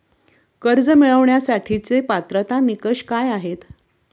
कर्ज मिळवण्यासाठीचे पात्रता निकष काय आहेत?